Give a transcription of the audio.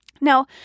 Now